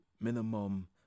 minimum